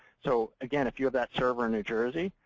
so, again, if you have that server in new jersey,